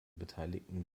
beteiligten